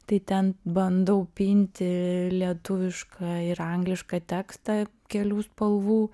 tai ten bandau pinti lietuvišką ir anglišką tekstą kelių spalvų